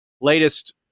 Latest